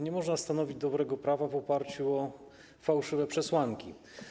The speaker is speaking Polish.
Nie można stanowić dobrego prawa w oparciu o fałszywe przesłanki.